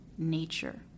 Nature